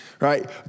right